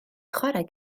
chwarae